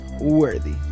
worthy